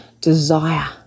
desire